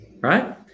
Right